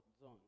zone